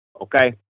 okay